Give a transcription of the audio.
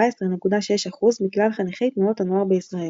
כ-14.6% מכלל חניכי תנועות הנוער בישראל.